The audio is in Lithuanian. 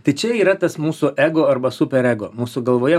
tai čia yra tas mūsų ego arba super ego mūsų galvoje